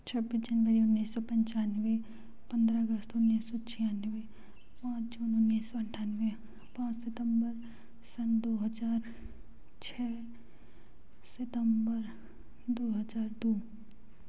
छब्बीस जनवरी उन्नीस सौ पचानवे पंद्रह अगस्त उन्नीस सौ छियानवे पाँच जून उन्नीस सौ अट्ठानवे पाँच सितम्बर सन दो हज़ार छ सितम्बर दो हज़ार दो